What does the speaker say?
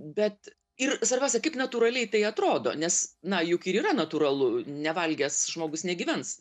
bet ir svarbiausia kaip natūraliai tai atrodo nes na juk ir yra natūralu nevalgęs žmogus negyvens